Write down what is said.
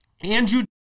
andrew